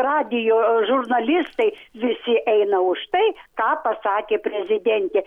radijo žurnalistai visi eina už tai ką pasakė prezidentė